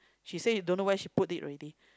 she say you don't know where she put it already